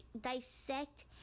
dissect